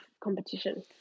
competition